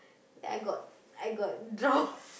then I got I got drown